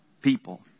people